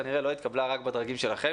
כנראה לא התקבלה רק בדרגים שלכם,